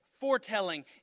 foretelling